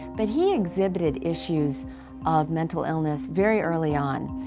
but he exhibited issues of mental illness very early on.